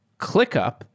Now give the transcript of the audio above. ClickUp